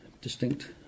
distinct